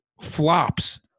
flops